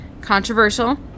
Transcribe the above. controversial